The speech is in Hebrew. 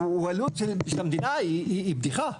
עלות של המדינה היא בדיחה.